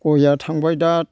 गइया थांबाय दा